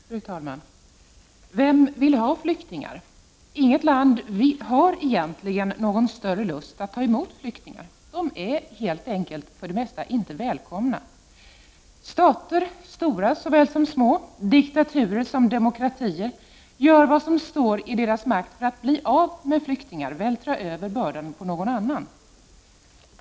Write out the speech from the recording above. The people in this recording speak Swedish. Fru talman! Vem vill ha flyktingar? Inget land har egentligen någon större lust att ta emot flyktingar. De är helt enkelt för det mesta inte välkomna. Stater — stora såväl som små, diktaturer såväl som demokratier — gör vad som står i deras makt för att bli av med flyktingar, vältra över bördan på någon annan.